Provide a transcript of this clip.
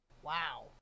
Wow